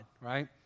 right